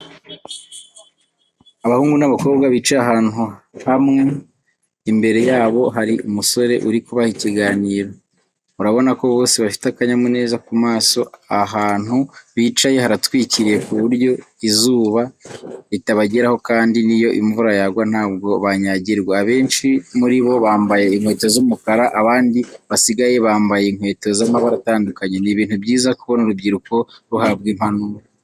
Abahungu n'abakobwa bicaye ahantu hamwe, imbere yabo hari umusore uri kubaha ikiganiro. Urabonako bose bafite akanyamuneza ku maso, ahantu bicaye haratwikiriye ku buryo izuba ritabageraho kandi niyo imvura yagwa ntago banyagirwa. Abenshi muri bo bambaye inkweto z'umukara abandi basigaye bambaye inkweto z'amabara atandukanye. Ni ibintu byiza kubona urubyiruko ruhabwa impanuro.